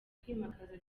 kwimakaza